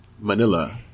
Manila